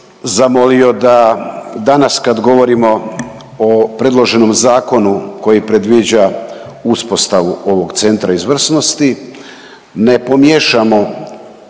zamolio da danas kad govorimo o predloženom zakonu koji predviđa uspostavu ovog centra izvrsnosti ne pomiješamo